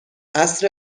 عصر